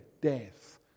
death